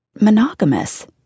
monogamous